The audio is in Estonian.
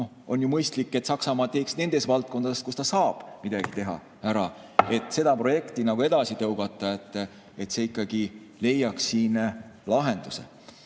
on ju mõistlik, et Saksamaa teeks midagi nendes valdkondades, kus ta saab midagi teha, näiteks seda projekti edasi tõugata, et see ikkagi leiaks lahenduse.